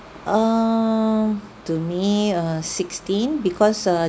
err to me uh sixteen because uh